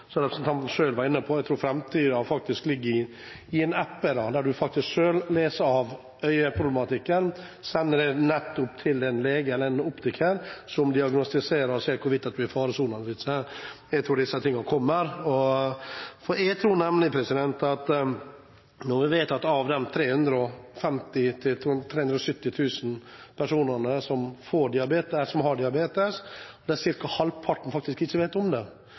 som representanten selv var inne på, at framtiden ligger i en app, der du faktisk selv leser av øyeproblematikken, sender det til en lege eller en optiker, som diagnostiserer og ser hvorvidt man er i faresonen eller ikke. Jeg tror disse tingene kommer. Når vi vet at ca. halvparten av de 350 000–370 000 personene som har diabetes, ikke vet om det, tror jeg det er